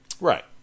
Right